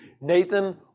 Nathan